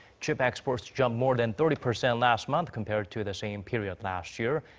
chip exports jumped more than thirty percent last month compared to the same period last year.